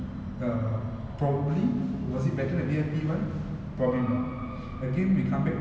uh original movies and and this is where we think that sometimes ஒரு:oru movie அப்டியே முடிச்சிருக்கா:apdiye mudichirukaa